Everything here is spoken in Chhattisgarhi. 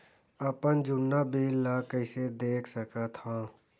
अपन जुन्ना बिल ला कइसे देख सकत हाव?